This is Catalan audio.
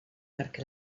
perquè